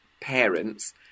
parents